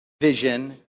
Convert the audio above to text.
vision